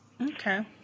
Okay